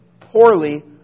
poorly